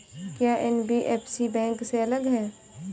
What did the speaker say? क्या NBFC bank से अलग है?